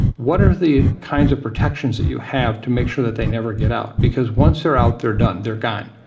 what are the kinds of protections that you have to make sure that they never get out because once they're out, they're done, they're gone,